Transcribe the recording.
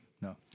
No